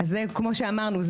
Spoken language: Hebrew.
אז כמו שאמרנו,